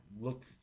look